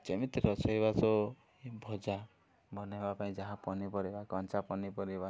ଯେମିତି ରୋଷେଇବାସ ଭଜା ବନାଇବା ପାଇଁ ଯାହା ପନିପରିବା କଞ୍ଚା ପନିପରିବା